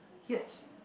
yes